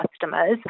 customers